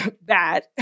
Bad